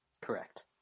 Correct